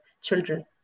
children